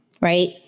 right